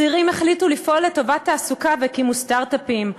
צעירים החליטו לפעול לטובת תעסוקה והקימו סטרט-אפים,